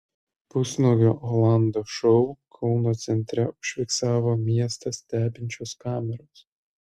pusnuogio olando šou kauno centre užfiksavo miestą stebinčios kameros